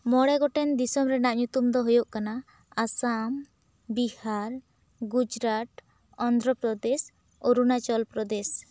ᱢᱚᱬᱮ ᱜᱚᱴᱮᱱ ᱫᱤᱥᱚᱢ ᱨᱮᱱᱟᱜ ᱧᱩᱛᱩᱢ ᱫᱚ ᱦᱩᱭᱩᱜ ᱠᱟᱱᱟ ᱟᱥᱟᱢ ᱵᱤᱦᱟᱨ ᱜᱩᱡᱽᱨᱟᱴ ᱚᱱᱫᱷᱨᱚᱯᱨᱫᱮᱥ ᱚᱨᱩᱱᱟᱪᱚᱞ ᱯᱨᱚᱫᱮᱥ